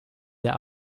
der